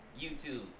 YouTube